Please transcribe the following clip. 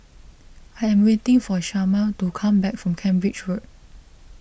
I am waiting for Shamar to come back from Cambridge Road